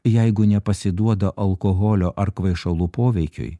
jeigu nepasiduoda alkoholio ar kvaišalų poveikiui